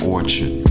Orchard